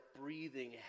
breathing